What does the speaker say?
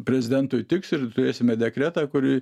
prezidentui tiks ir turėsime dekretą kurį